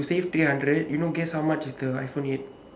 you save three hundred you know guess how much is the iPhone eight